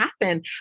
happen